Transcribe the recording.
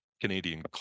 Canadian